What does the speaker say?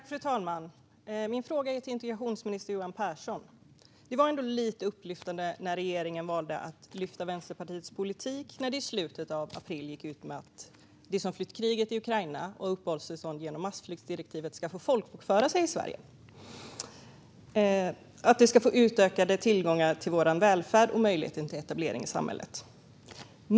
Fru talman! Min fråga är till integrationsminister Johan Pehrson. Det var ändå lite upplyftande att regeringen valde att lyfta fram Vänsterpartiets politik när man i slutet av april gick ut med att de som flytt kriget i Ukraina och fått uppehållstillstånd genom massflyktsdirektivet ska få folkbokföra sig i Sverige och få utökad tillgång till vår välfärd och möjlighet till etablering i samhället.